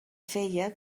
feia